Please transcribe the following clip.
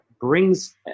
brings